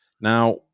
Now